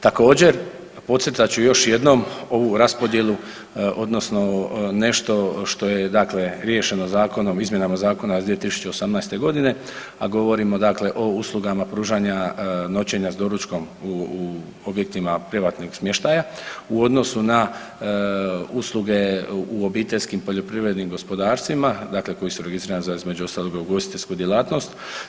Također, podcrtat ću još jednom ovu raspodjelu odnosno nešto što je dakle riješeno zakonom, izmjenama zakona iz 2018. godine, a govorimo dakle o uslugama pružanja noćenja s doručkom u objektima privatnog smještaja u odnosu na usluge u obiteljskim poljoprivrednim gospodarstvima, dakle koji registrirani za između ostaloga ugostiteljsku djelatnost.